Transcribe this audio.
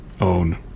Own